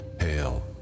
Hail